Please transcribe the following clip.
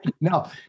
No